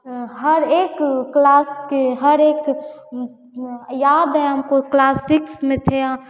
हर एक क्लास हर एक याद है हमको क्लास सिक्स में थे